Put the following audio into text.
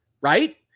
right